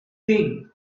thing